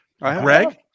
Greg